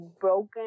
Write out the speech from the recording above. broken